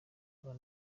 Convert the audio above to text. mpura